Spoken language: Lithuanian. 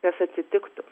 kas atsitiktų